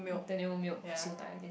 the new milk siew dai again